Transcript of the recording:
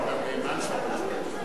גם נאמן שר אוצר לשעבר.